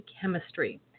chemistry